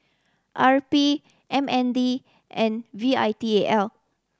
R P M N D and V I T A L